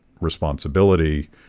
responsibility